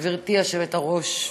גברתי היושבת-ראש,